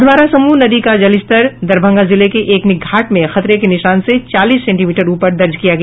अधवारा समूह नदी का जलस्तर दरभंगा जिले के एकमी घाट में खतरे के निशान से चालीस सेंटीमीटर ऊपर दर्ज किया गया